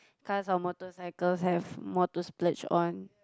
cars or motorcycles have more to splurge on